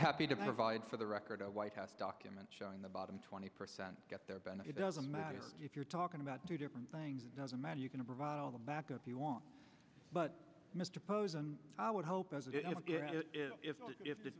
happy to provide for the record a white house document showing the bottom twenty percent get their benefit doesn't matter if you're talking about two different things it doesn't matter you can provide all the backup you want but mr posen i would hope as if that if the